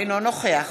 אינו נוכח